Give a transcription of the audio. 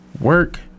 work